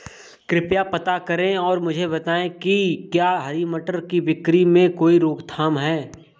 कृपया पता करें और मुझे बताएं कि क्या हरी मटर की बिक्री में कोई रोकथाम है?